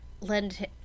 lend